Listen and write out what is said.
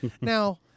Now